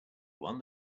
one